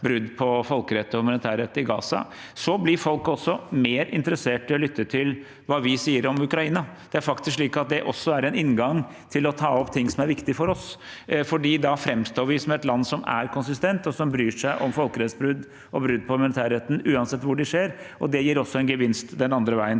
brudd på folkerett og humanitærrett i Gaza, blir folk også mer interessert i å lytte til hva vi sier om Ukraina. Det er faktisk slik at det også er en inngang til å ta opp ting som er viktige for oss, for da framstår vi som et land som er konsistent, og som bryr seg om folkerettsbrudd og brudd på humanitærretten uansett hvor de skjer. Det gir også en gevinst den andre veien,